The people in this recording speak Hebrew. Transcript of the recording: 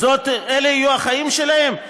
אלה יהיו החיים שלהם?